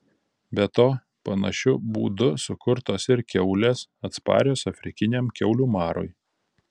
be to panašiu būdu sukurtos ir kiaulės atsparios afrikiniam kiaulių marui